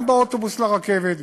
גם באוטובוס לרכבת,